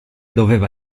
doveva